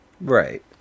Right